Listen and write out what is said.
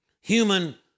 human